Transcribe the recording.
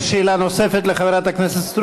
יש שאלה נוספת לחברת הכנסת סטרוק?